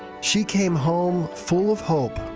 she came home full of hope.